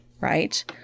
right